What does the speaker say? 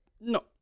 No